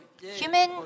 human